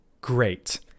Great